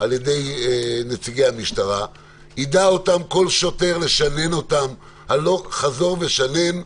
על ידי נציגי המשטרה ידע כל שוטר לשנן הלוך חזור ושנן,